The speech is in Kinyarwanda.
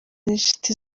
n’inshuti